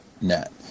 net